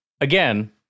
again